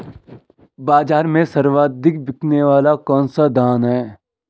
बाज़ार में सर्वाधिक बिकने वाला कौनसा धान है?